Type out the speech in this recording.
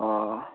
অঁ